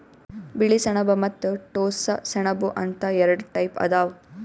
ಬಿಳಿ ಸೆಣಬ ಮತ್ತ್ ಟೋಸ್ಸ ಸೆಣಬ ಅಂತ್ ಎರಡ ಟೈಪ್ ಅದಾವ್